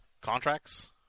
Contracts